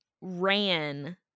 ran